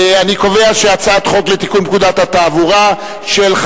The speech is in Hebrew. אין ההצעה להעביר את הצעת חוק לתיקון פקודת התעבורה (תיקון,